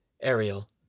Ariel